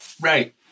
Right